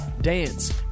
dance